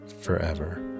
forever